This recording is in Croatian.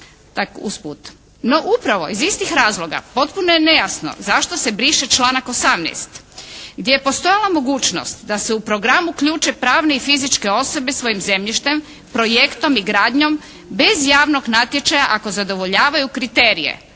No, upravo iz istih razloga potpuno je nejasno zašto se briše članak 18. gdje je postojala mogućnost da se u program uključe pravne i fizičke osobe svojim zemljištem, projektom i gradnjom bez javnog natječaja ako zadovoljavaju kriterije